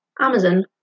Amazon